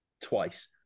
Twice